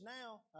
now